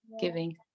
giving